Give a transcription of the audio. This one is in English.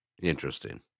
Interesting